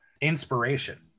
inspiration